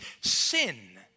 sin